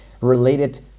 related